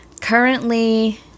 Currently